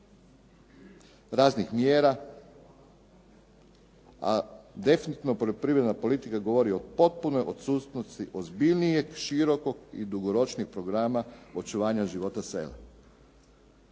raznih mjera, a definitivno poljoprivredna politika govori o potpunoj odsutnosti ozbiljnijeg, širokog i dugoročnijeg programa očuvanja života sela.